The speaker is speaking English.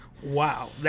Wow